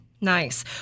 Nice